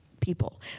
People